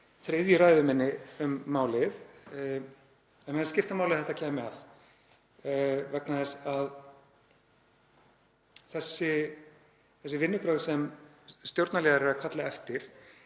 þriðju ræðu minni um málið. En mér fannst skipta máli að þetta kæmi að vegna þess að þessi vinnubrögð sem stjórnarliðar eru að kalla eftir